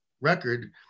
record